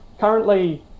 currently